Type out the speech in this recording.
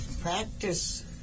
practice